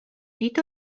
nid